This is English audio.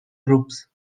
groups